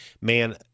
man